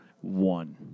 one